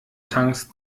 tanks